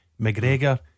McGregor